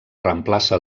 reemplaça